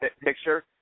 picture